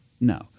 No